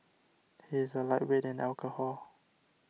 he is a lightweight in alcohol